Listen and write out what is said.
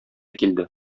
килде